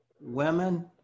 women